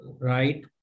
right